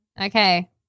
okay